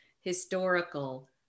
historical